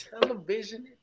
Television